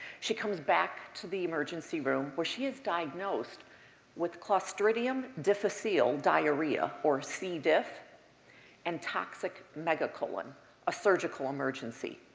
she comes back to the emergency room, where she is diagnosed with clostridium difficile diarrhea, or c. diff and toxic megacolon a surgical emergency.